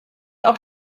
auch